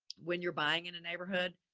when you're buying in a neighborhood,